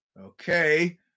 Okay